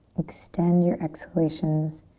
extend your exhalations.